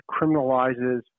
criminalizes